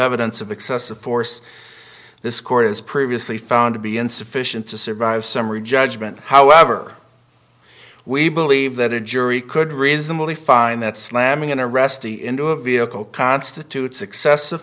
evidence of excessive force this court has previously found to be insufficient to survive summary judgment however we believe that a jury could reasonably find that slamming arrestee into a vehicle constitutes excessive